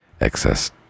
excess